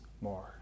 more